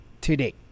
today